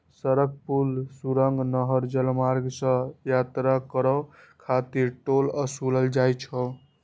सड़क, पुल, सुरंग, नहर, जलमार्ग सं यात्रा करै खातिर टोल ओसूलल जाइ छै